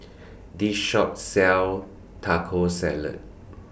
This Shop sells Taco Salad